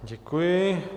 Děkuji.